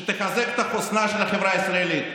שתחזק את חוסנה של החברה הישראלית,